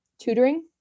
tutoring